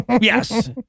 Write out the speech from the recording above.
Yes